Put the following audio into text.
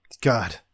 God